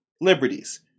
liberties